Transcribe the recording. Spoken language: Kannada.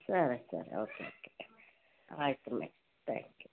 ಹಾಂ ಸರಿ ಓಕೆ ಓಕೆ ಆಯಿತು ಮ್ಯಾಮ್ ತ್ಯಾಂಕ್ ಯು